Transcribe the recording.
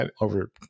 over